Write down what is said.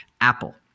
Apple